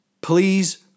please